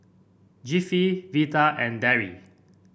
Jeffie Vidal and Darry